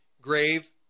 grave